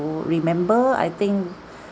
remember I think